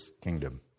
kingdom